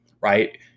right